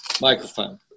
microphone